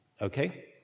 Okay